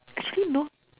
actually no